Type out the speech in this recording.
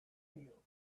you